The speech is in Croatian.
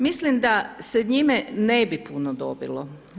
Mislim da se njime ne bi puno dobilo.